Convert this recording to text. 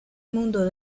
mundo